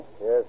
Yes